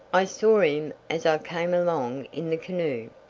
i saw him as i came along in the canoe,